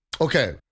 okay